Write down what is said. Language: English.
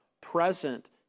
present